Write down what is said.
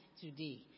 today